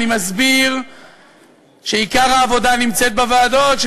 אני מסביר שעיקר העבודה היא בוועדות,